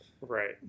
Right